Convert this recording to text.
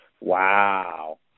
Wow